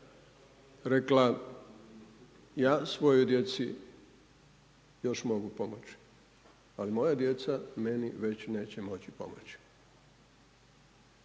rekla – ja svojoj djeci još mogu pomoći, ali moja djeca meni već neće moći pomoći.